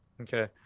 okay